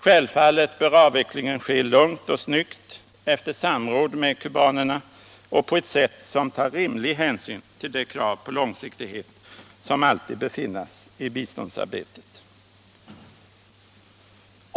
Självfallet bör avvecklingen ske lugnt och snyggt efter samråd med kubanerna och på ett sätt som tar rimlig hänsyn till det krav på långsiktighet som alltid bör finnas i biståndsarbetet.